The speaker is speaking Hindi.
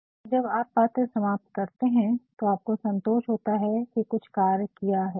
तो जब आप पत्र समाप्त करते है तो आपको संतोष होता है की कुछ कार्य किया है